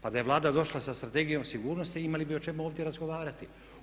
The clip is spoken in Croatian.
Pa da je Vlada došla sa Strategijom sigurnosti imali bi o čemu ovdje razgovarati.